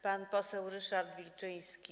Pan poseł Ryszard Wilczyński.